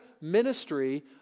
ministry